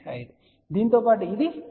5 దీనితో పాటు ఇది 1